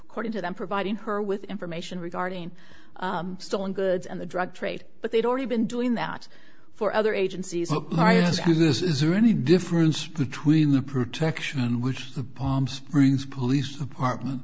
recording to them providing her with information regarding stolen goods and the drug trade but they'd already been doing that for other agencies why is this is there any difference between the protection and which the palm springs police department